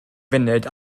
funud